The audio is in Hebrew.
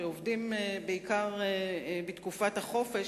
שעובדים בעיקר בתקופת החופש,